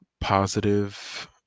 positive